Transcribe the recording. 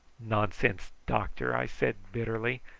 nonsense, doctor! i said bitterly.